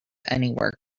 anywhere